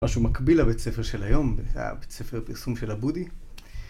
משהו מקביל לבית ספר של היום, זה היה בית ספר פרסום של עבודי